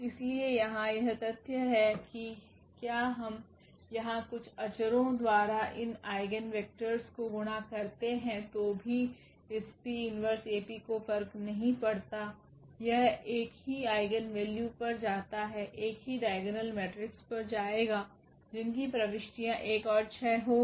इसलिए यहां यह तथ्य है कि क्या हम यहां कुछ अचरो द्वारा इन आइगेन वेक्टरस को गुणा करते हैं तो भी इस 𝑃−1𝐴𝑃 को फर्क नहीं पड़ता यह एक ही आइगेन वैल्यू पर जाता है एक ही डाइगोनल मेट्रिक्स पर जाएगा जिनकी प्रविष्टियां 1 और 6 होंगी